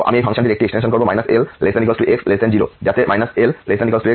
আমি এই ফাংশনটির একটি এক্সটেনশন করব L≤x 0 যাতে L≤x 0 এই পরিসরের ফাংশন একটি বিজোড় ফাংশনে পরিণত হয়